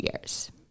years